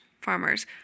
farmers